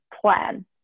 plan